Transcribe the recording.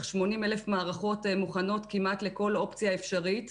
80,000 מערכות מוכנות כמעט לכל אופציה אפשרית.